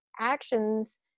actions